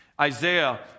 Isaiah